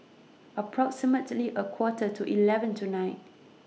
approximately A Quarter to eleven tonight